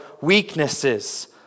weaknesses